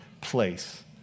place